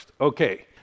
Okay